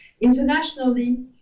Internationally